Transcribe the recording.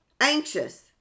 anxious